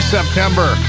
September